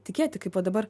tikėti kaip va dabar